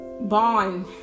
bond